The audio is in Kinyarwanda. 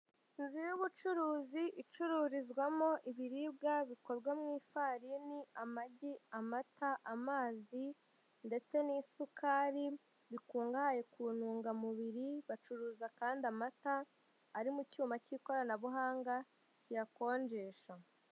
Inzu y'ubucuruzi icururizwamo ibiribwa bikorwa mu ifarini amagi, amata, amazi, ndetse n'isukari bikungahaye ku ntungamubiri, bacuruza kandi amata ari mu cyuma cy'ikoranabuhanga kiyakonjesha.